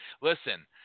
Listen